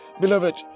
Beloved